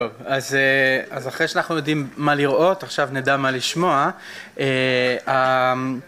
‫טוב, אז אחרי שאנחנו יודעים ‫מה לראות, עכשיו נדע מה לשמוע.